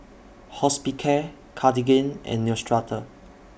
Hospicare Cartigain and Neostrata